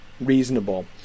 reasonable